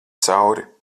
cauri